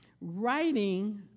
writing